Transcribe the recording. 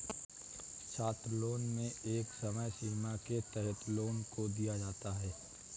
छात्रलोन में एक समय सीमा के तहत लोन को दिया जाता है